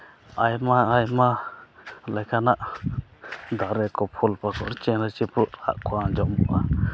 ᱟᱭᱢᱟ ᱟᱭᱢᱟ ᱞᱮᱠᱟᱱᱟᱜ ᱫᱟᱨᱮ ᱠᱚ ᱯᱷᱚᱞ ᱯᱟᱠᱚᱲ ᱪᱮᱬᱮ ᱪᱤᱯᱨᱩᱫ ᱨᱟᱜ ᱠᱚ ᱟᱸᱡᱚᱢᱚᱜᱼᱟ